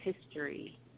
history